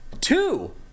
two